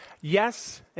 Yes